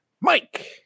Mike